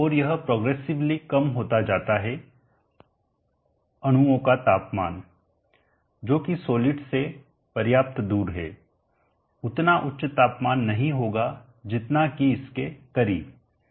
और यह प्रोग्रेसिवली कम होता जाता है और अणुओं का तापमान जो कि सॉलिड से पर्याप्त दूर है उतना उच्च तापमान नहीं होगा जितना कि इसके करीब